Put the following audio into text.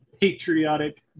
patriotic